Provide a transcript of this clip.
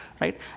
right